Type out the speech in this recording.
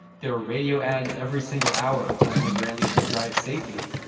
there are radio ads every single hour telling israelis to drive safely.